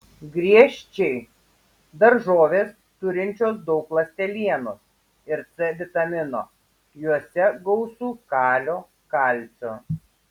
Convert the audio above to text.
griežčiai daržovės turinčios daug ląstelienos ir c vitamino juose gausu kalio kalcio